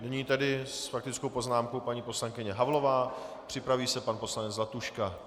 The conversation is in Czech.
Nyní tedy s faktickou poznámkou paní poslankyně Havlová, připraví se pan poslanec Zlatuška.